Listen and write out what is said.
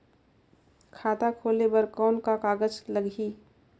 खाता खोले बर कौन का कागज लगही?